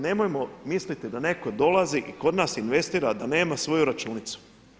Nemojmo misliti da netko dolazi i kod nas investira a da nema svoju računicu.